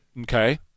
Okay